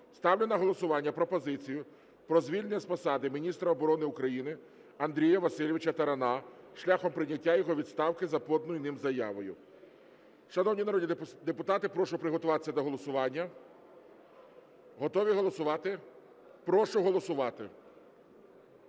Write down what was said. ставлю на голосування пропозицію про звільнення з посади міністра оборони України Андрія Васильовича Тарана шляхом прийняття його відставки за поданою ним заявою. Шановні народні депутати, прошу приготуватися до голосування. Готові голосувати? Прошу голосувати.